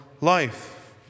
life